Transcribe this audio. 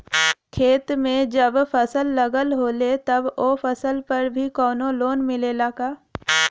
खेत में जब फसल लगल होले तब ओ फसल पर भी कौनो लोन मिलेला का?